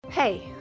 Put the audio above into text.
Hey